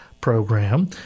program